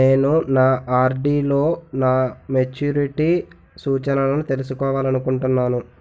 నేను నా ఆర్.డి లో నా మెచ్యూరిటీ సూచనలను తెలుసుకోవాలనుకుంటున్నాను